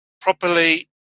properly